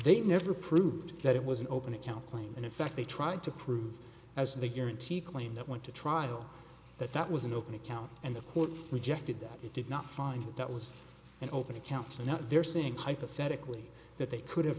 they've never proved that it was an open account claim and in fact they tried to prove as they guarantee claim that went to trial that that was an open account and the court rejected that it did not find that was an open accounts and now they're saying hypothetically that they could have